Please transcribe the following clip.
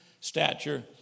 stature